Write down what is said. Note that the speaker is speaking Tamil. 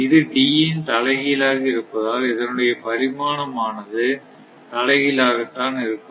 இது D இன் தலைகீழாக இருப்பதால் இதனுடைய பரிமாணம் ஆனது தலைகீழாக தான் இருக்கும்